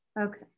Okay